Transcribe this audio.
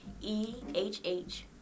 E-H-H